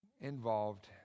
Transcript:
involved